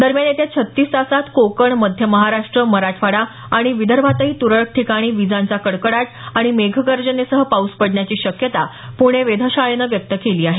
दरम्यान येत्या छत्तीस तासात कोकण मध्य महाराष्ट्र मराठवाडा आणि विर्दभातही त्रळक ठिकाणी विजांचा कडकडाट आणि मेघगर्जनेसह पाऊस पडण्याची शक्यता पूणे वेधशाळेनं व्यक्त केली आहे